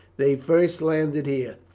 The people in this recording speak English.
they first landed here.